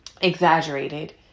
exaggerated